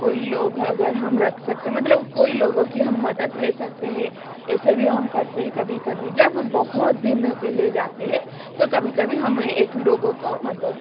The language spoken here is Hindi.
कोइ लोग अगर हम रख सकते मतलब कोइ लोगों की हम मदद ले सकते हैं ऐसे भी हम करते है कभी कभी जब बहुत दिनों के लिए जाते हैं तो कभी कभी हम एक लोगों को मदद